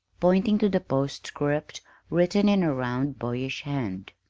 pointing to the postscript written in a round, boyish hand.